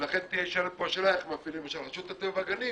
ולכן נשאלת פה השאלה איך רשות הטבע והגנים